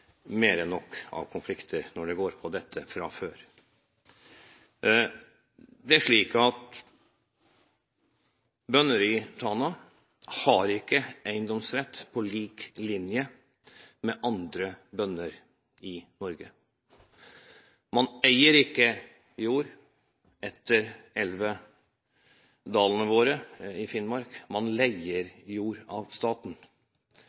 mer enn nok av konflikter når det gjelder dette fra før. Det er slik at bønder i Tana ikke har eiendomsrett på lik linje med andre bønder i Norge. Man eier ikke jord etter elvedalene i Finnmark, man leier jord av staten.